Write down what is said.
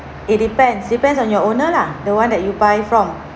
it depends depends on your owner lah the one that you buy from